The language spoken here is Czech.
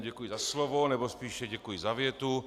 Děkuji za slovo, nebo spíše děkuji za větu.